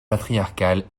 patriarcale